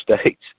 states